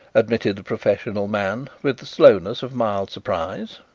admitted the professional man, with the slowness of mild surprise.